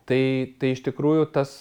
tai tai iš tikrųjų tas